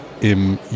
im